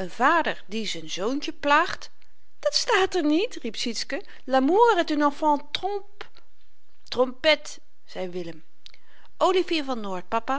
een vader die z'n zoontje plaagt dat staat er niet riep sietske l'amour est un enfant tromp trompette zei willem olivier van noort papa